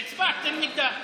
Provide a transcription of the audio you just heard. והצבעתם נגדן.